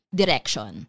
direction